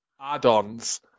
add-ons